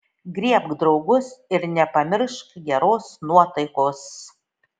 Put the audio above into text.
griebk draugus ir nepamiršk geros nuotaikos